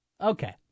Okay